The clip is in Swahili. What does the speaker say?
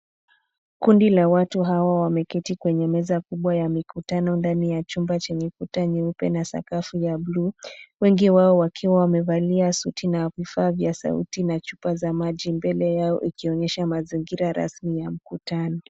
Kundi la watu hawa wameketi kwenye meza kubwa ya mikutano ndani ya chumba chenye kuta nyeupe na sakafu ya bluu. Wengi wao wakiwa wamevalia suti na vifaa vya sauti na chupa za maji mbele yao ikionyesha mazingira rasmi ya mkutano.